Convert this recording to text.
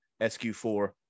SQ4